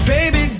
Baby